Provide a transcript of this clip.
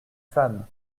femme